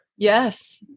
Yes